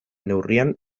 neurrian